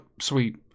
sweet